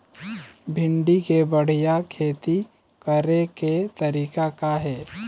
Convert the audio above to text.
भिंडी के बढ़िया खेती करे के तरीका का हे?